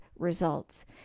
results